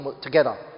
together